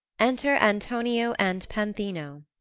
enter antonio and panthino